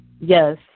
Yes